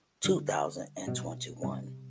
2021